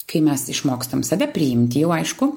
kai mes išmokstam save priimti jau aišku